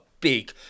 big